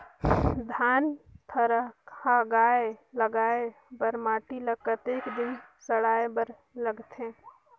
धान थरहा लगाय बर माटी ल कतेक दिन सड़ाय बर लगथे?